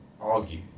argue